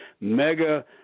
mega